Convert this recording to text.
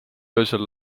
öösel